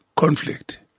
Conflict